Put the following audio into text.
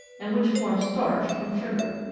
and which form starch from sugar.